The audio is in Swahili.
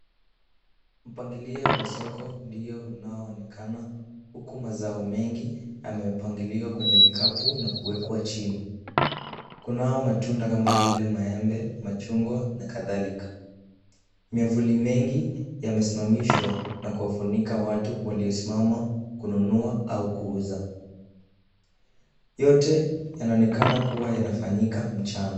Mpangilio wa soko ndio unayoonekana uku mazao mengi yamepangiliwa kwenye vikabu na kuwekwa chini ,kunao matunda kama vile maembe, machungwa na katalika ,miafuli mengi yamesimamishwa na kufunika watu walio simama kununua au kuusa yote yanaonekana kuwa yanafanyika mjana